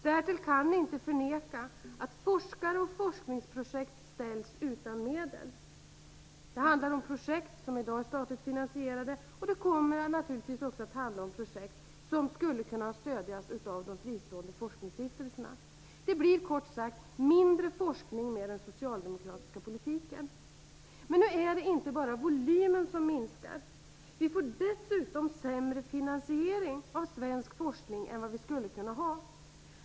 Därtill kan man inte förneka att forskare och forskningsprojekt ställs utan medel. Det handlar om projekt som i dag är statligt finansierade, och det kommer naturligtvis också att handla om projekt som skulle kunna ha stötts av de fristående forskningsstiftelserna. Det blir kort sagt mindre forskning med den socialdemokratiska politiken. Men nu är det inte bara volymen som minskar. Vi får dessutom sämre finansiering av svensk forskning än vad vi skulle kunna ha.